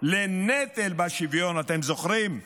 לנטל בשוויון, אתם זוכרים?